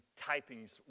Typing's